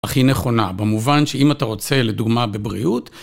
הכי נכונה, במובן שאם אתה רוצה, לדוגמה בבריאות